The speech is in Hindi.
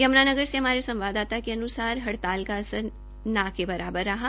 यम्ना नगर से हमारे संवाददाता के अनुसार हड़ताल का असर न के बराबर रहा